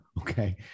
Okay